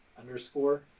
underscore